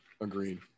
Agreed